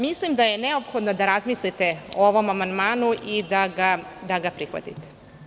Mislim da je neophodno da razmislite o ovom amandmanu i da ga prihvatite.